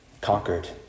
Conquered